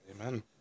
Amen